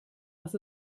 was